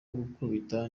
gukubita